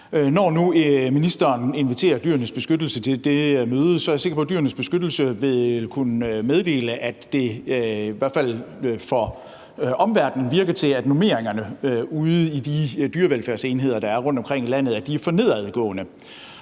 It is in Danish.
Når nu ministeren inviterer Dyrenes Beskyttelse til det møde, er jeg sikker på, at Dyrenes Beskyttelse vil kunne meddele, at det i hvert fald for omverdenen lader til, at normeringerne ude i de dyrevelfærdsenheder, der er rundtomkring i landet, er for nedadgående.